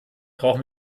brauchen